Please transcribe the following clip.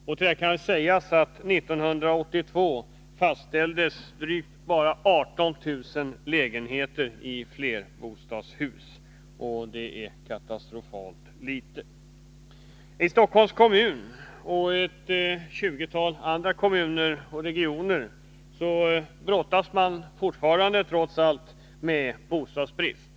Till detta. kan sägas att 1982 framställdes bara drygt 18 000 lägenheter i flerbostadshus, och det är katastrofalt litet. I Stockholms kommun och i ett tjugotal andra kommuner och regioner brottas man fortfarande trots allt med bostadsbrist.